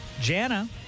Jana